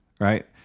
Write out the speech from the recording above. right